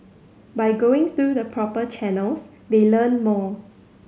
by going through the proper channels they learn more